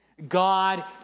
God